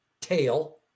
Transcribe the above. tail